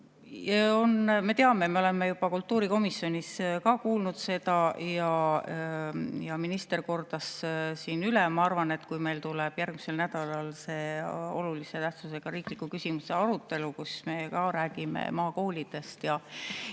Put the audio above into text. Me teame seda, me oleme kultuurikomisjonis seda kuulnud ja minister kordas selle siin üle. Ma arvan, et kui meil tuleb järgmisel nädalal olulise tähtsusega riikliku küsimuse arutelu, kus me räägime maakoolidest ja